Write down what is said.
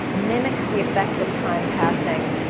mimics the effect of time passing.